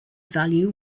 value